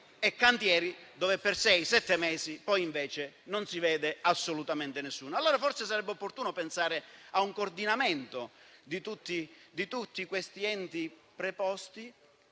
e cantieri dove per sei o sette mesi invece non si vede assolutamente nessuno. Forse, allora, sarebbe opportuno pensare a un coordinamento tra tutti questi enti preposti,